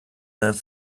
have